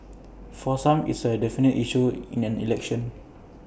for some it's A definitive issue in an election